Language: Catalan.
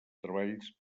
treballs